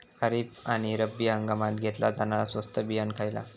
खरीप आणि रब्बी हंगामात घेतला जाणारा स्वस्त बियाणा खयला?